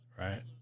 right